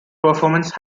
performance